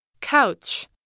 Couch